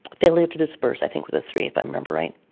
failure to disperse, i think were the three, if i remember right.